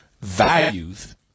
values